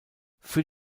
für